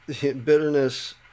bitterness